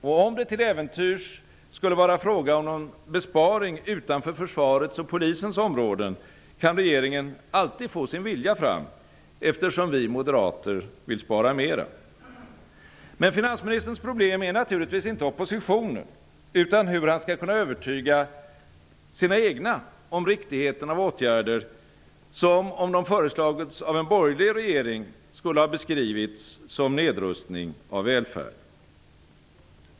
Om det till äventyrs skulle vara fråga om någon besparing utanför försvarets och polisens områden, kan regeringen alltid få sin vilja fram, eftersom vi moderater vill spara mera. Men finansministerns problem är naturligtvis inte oppositionen utan hur han skall kunna övertyga sina egna om riktigheten av åtgärder som, om de föreslagits av en borgerlig regering, skulle ha beskrivits som nedrustning av välfärden.